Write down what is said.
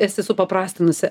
esi supaprastinusi